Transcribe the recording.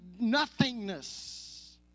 nothingness